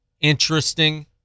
interesting